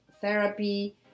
therapy